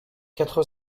quatre